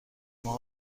ماه